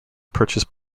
purchased